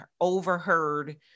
overheard